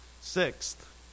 Sixth